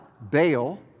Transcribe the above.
Baal